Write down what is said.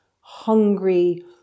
hungry